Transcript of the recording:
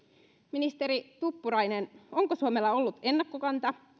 ministeri tuppurainen onko suomella ollut ennakkokanta